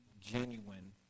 genuine